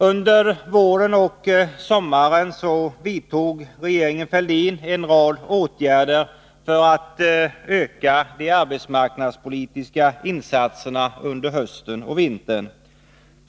Under våren och sommaren vidtog regeringen Fälldin en rad åtgärder för att öka de arbetsmarknadspolitiska insatserna under hösten och vintern.